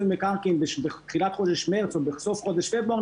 מקרקעין בתחילת חודש מרץ או בסוף חודש פברואר,